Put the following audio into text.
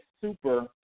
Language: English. super